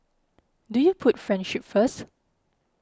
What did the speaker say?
do you put friendship first